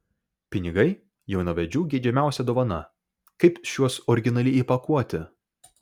pinigai jaunavedžių geidžiamiausia dovana kaip šiuos originaliai įpakuoti